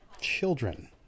Children